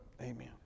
amen